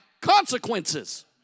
consequences